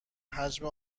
حجم